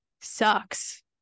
sucks